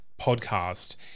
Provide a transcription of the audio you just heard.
podcast